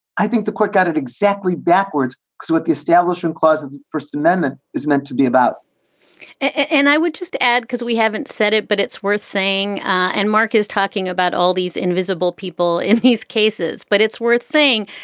i think the court got it exactly backwards. so with the establishment clause, the first amendment is meant to be about and i would just add, because we haven't said it, but it's worth saying. and mark is talking about all these invisible people in these cases. but it's worth saying,